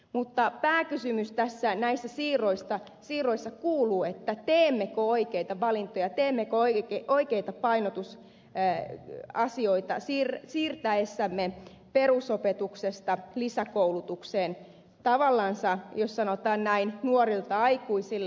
mutta pääkysymys näissä siirroissa kuuluu teemmekö oikeita valintoja teemmekö oikeita painotuksia siirtäessämme rahoitusta perusopetuksesta lisäkoulutukseen tavallansa jos sanotaan näin nuorilta aikuisille